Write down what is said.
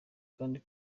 kandi